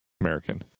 American